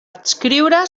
adscriure